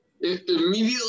Immediately